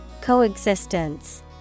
coexistence